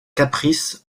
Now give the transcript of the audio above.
caprice